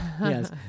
Yes